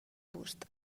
bust